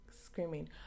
screaming